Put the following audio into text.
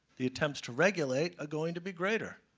the attempts to regulate are going to be greater.